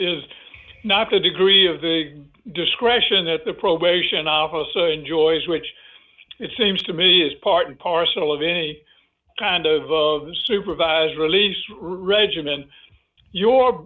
is not the degree of the discretion that the probation officer enjoys which it seems to me is part and parcel of any kind of supervised release regimen your